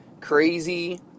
crazy